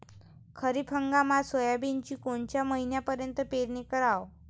खरीप हंगामात सोयाबीनची कोनच्या महिन्यापर्यंत पेरनी कराव?